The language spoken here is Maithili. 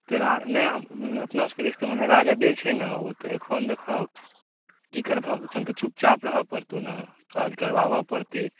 तोरा नहि अपना सबके दिसमे राजदे छै ने हौ तऽ एखन देखहक कि करबहक एखन तऽ चुपचाप रहऽ पड़तौ ने काज करबाबै पड़तै